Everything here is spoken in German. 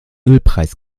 ölpreis